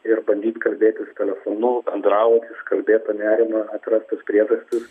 ir bandyt kalbėtis telefonu bendraut iškalbėt tą nerimą atrast tas priežastis